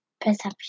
perception